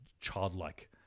childlike